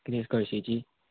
कितें कळशीची